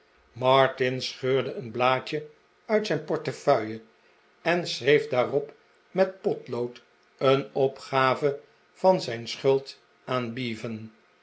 martin scheurde een blaadje uit zijn portefeuille en schreef daarop met potlood een opgave van zijn schuld